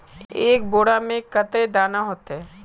एक बोड़ा में कते दाना ऐते?